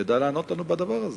ידע לענות על הדבר הזה,